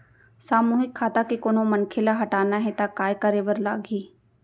सामूहिक खाता के कोनो मनखे ला हटाना हे ता काय करे बर लागही?